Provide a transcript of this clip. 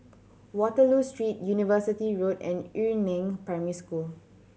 Waterloo Street University Road and Yu Neng Primary School